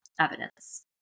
evidence